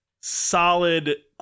solid